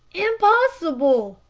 impossible!